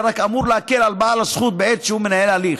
רק אמור להקל על בעל הזכות בעת שהוא מנהל הליך,